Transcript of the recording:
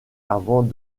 avant